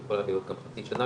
היא יכולה להיות גם חצי שנה,